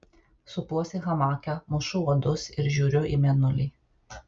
supuosi hamake mušu uodus ir žiūriu į mėnulį